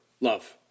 love